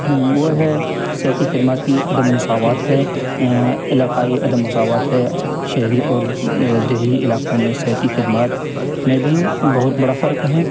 وہ ہے صحت کی خدمات کی عدم مساوات ہے علاقائی عدم مساوات ہے شہری اور دیہی علاقوں میں صحت کی خدمات میں بھی بہت بڑا فرق ہے